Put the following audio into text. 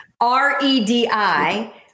R-E-D-I